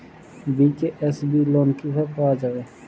BKSB loan কিভাবে পাওয়া যাবে?